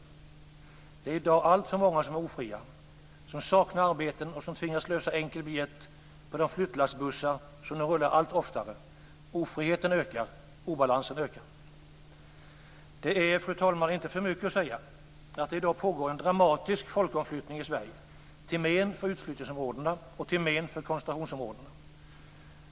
Det är i dag alltför många som är ofria, som saknar arbeten och som tvingas lösa enkel biljett på de flyttlassbussar som nu rullar allt oftare. Ofriheten ökar, obalansen ökar. Det är, fru talman, inte för mycket att säga att det i dag pågår en dramatisk folkomflyttning i Sverige, till men för utflyttningsområdena och till men för koncentrationsområdena.